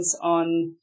on